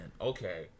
Okay